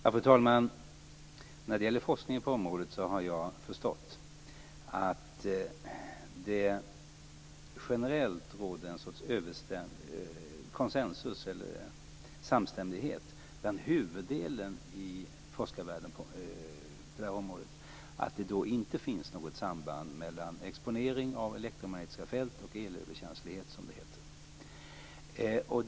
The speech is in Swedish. Fru talman! När det gäller forskningen på området har jag förstått att det generellt råder en sorts samstämmighet bland huvuddelen av forskarvärlden om att det inte finns något samband mellan exponering av elektromagnetiska fält och elöverkänslighet, som det heter.